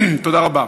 תודה רבה.